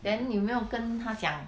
then 你有没有跟他讲